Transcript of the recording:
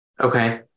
Okay